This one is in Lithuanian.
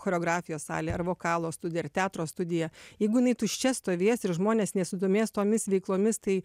choreografijos salė ar vokalo studija ar teatro studija jeigu jinai tuščia stovės ir žmonės nesidomės tomis veiklomis tai